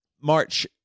March